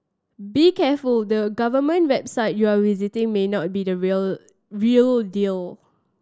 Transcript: be careful the government website you are visiting may not be the real real deal